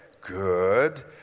good